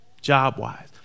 job-wise